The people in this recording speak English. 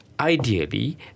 Ideally